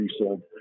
resold